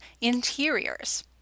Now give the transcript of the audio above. interiors